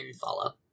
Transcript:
follow